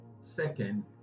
second